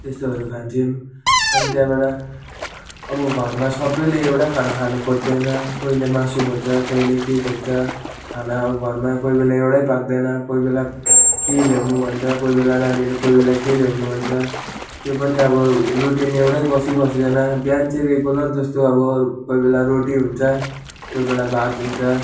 यस्तोहरू खान्थ्यौँ अनि त्यहाँबाट अब घरमा सबैले एउटै खाना खानु खोज्दैन कोहीले मासु खोज्छ कोहीले के खोज्छ खाना अब घरमा कोही बेला एउटै पाक्दैन कोही बेला के ल्याउनु भन्छ कोही बेला नानीहरूले कोही बेला के ल्याउनु भन्छ त्यो पनि अब रुटिन एउटै बसी बस्दैन बिहान चाहिँ रेगुलर जस्तो अब कोही बेला रोटी हुन्छ कोही बेला भात हुन्छ